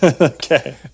Okay